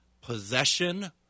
possession